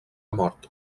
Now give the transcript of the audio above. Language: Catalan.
mort